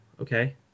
Okay